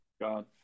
god